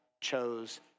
chose